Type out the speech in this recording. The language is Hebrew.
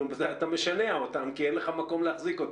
אתה משנע אותם כי אין לך מקום להחזיק אותם.